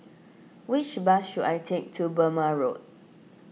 which bus should I take to Burmah Road